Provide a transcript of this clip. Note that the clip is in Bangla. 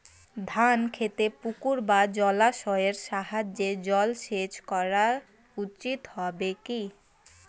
ধান খেতে পুকুর বা জলাশয়ের সাহায্যে জলসেচ করা উচিৎ হবে কি?